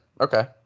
Okay